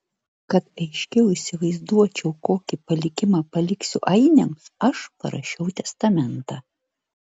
kad aiškiau įsivaizduočiau kokį palikimą paliksiu ainiams aš parašiau testamentą